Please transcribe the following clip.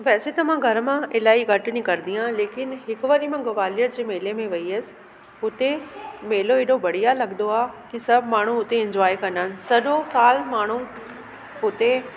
वैसे त मां घर मां इलाहीं घटि निकिरींदी आहियां लेकिन हिकु वारी मां ग्वालियर जे मेले में वई हुयसि हुते मेलो अहिड़ो बढ़िया लॻंदो आहे की सभु माण्हू हुते इंजॉय कंदा आहिनि सॼो साल माण्हू हुते